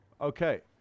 okay